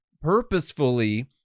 purposefully